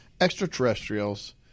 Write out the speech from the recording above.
extraterrestrials